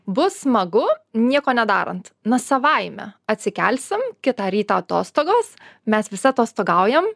bus smagu nieko nedarant na savaime atsikelsim kitą rytą atostogos mes visi atostogaujam